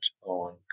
on